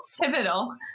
pivotal